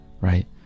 right